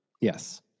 Yes